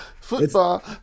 football